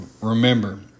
remember